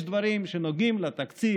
יש דברים שנוגעים לתקציב,